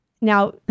Now